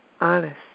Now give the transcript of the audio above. honest